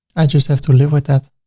i just have to live with that